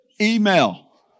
Email